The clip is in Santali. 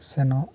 ᱥᱮᱱᱚᱜ